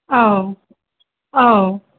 औ औ